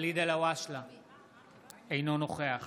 אינו נוכח